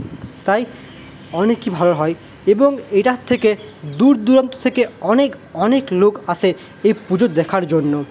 তাই অনেকই ভালো হয় এবং এটার থেকে দূর দূরান্ত থেকে অনেক অনেক লোক আসে এই পুজো দেখার জন্য